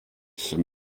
som